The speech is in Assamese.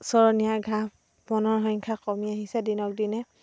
চৰণীয়া ঘাঁহ বনৰ সংখ্য়া কমি আহিছে দিনক দিনে